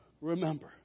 Remember